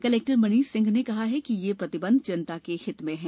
collector Manish Singh ने कहा कि यह प्रतिबंध जनता के हित में हैं